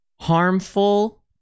harmful